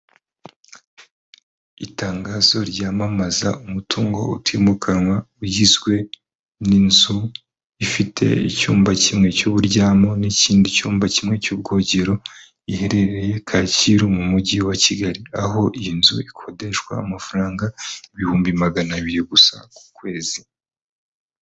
Itangazo ryamamaza umutungo utimukanwa ugizwe n'inzu ifite icyumba kimwe cy'uburyamo n'ikindi cyumba kimwe cy'ubwogero. Iherereye kacyiru mu mujyi wa kigali ,aho iyi nzu ikodeshwa amafaranga ibihumbi magana abiri gusa ku kwezi.